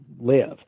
live